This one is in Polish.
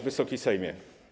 Wysoki Sejmie!